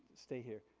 stay here.